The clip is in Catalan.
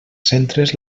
centres